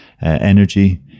energy